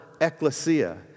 ecclesia